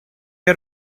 you